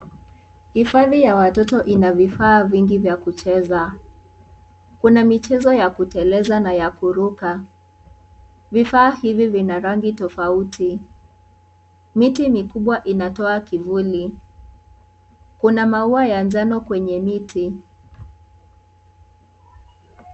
Hifadhi ya watoto ina vifaa vingi vya kucheza kuna michezo ya kuteleza na ya kuruka, vifaa hivi vina rangi tofauti, miti mikubwa inatoa kivuli kuna maua ya njano kwenye mti.